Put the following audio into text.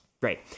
Great